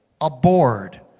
aboard